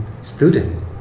student